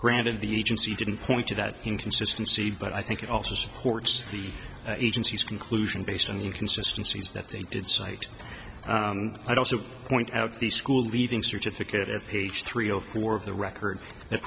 granted the agency didn't point to that inconsistency but i think it also supports the agency's conclusion based on the inconsistency that they did cite i'd also point out the school leaving certificate of page three zero four of the records that